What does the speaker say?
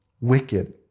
wicked